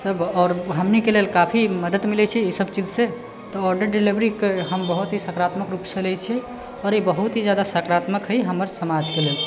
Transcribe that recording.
सब आओर हमनीके लेल काफी मदद मिलैत छै ई सब चीज से तऽ ऑर्डर डीलिवरीके हम बहुत ही सकारात्मक रूपसँ लै छियै आओर ई बहुत ही जादा सकारात्मक हइ हमर समाजके लेल